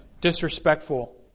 disrespectful